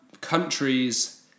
countries